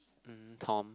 mmhmm Tom